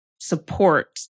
support